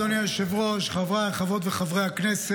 אדוני היושב-ראש, חברי וחברות הכנסת,